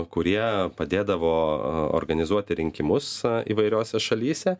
kurie padėdavo organizuoti rinkimus įvairiose šalyse